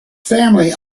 family